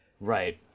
Right